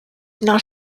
not